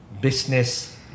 business